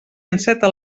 enceta